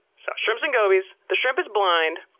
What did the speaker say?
so, shrimps and gobies. the shrimp is blind,